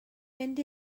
mynd